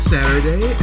Saturday